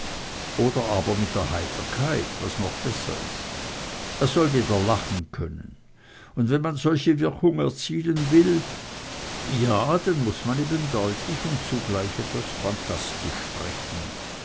oder aber mit heiterkeit was noch besser ist er soll wieder lachen können und wenn man solche wirkung erzielen will ja dann muß man eben deutlich und zugleich etwas phantastisch sprechen